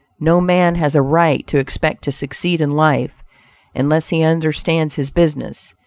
no man has a right to expect to succeed in life unless he understands his business,